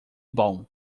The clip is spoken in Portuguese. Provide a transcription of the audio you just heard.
bom